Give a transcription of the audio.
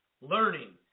learning